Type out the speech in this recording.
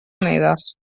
unides